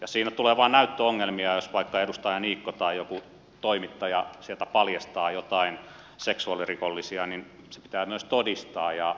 siinä tulee vaan näyttöongelmia ja jos vaikka edustaja niikko tai joku toimittaja sieltä paljastaa joitain seksuaalirikollisia niin se pitää myös todistaa